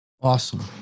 Awesome